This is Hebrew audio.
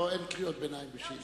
אין קריאות ביניים בשאילתא.